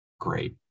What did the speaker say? great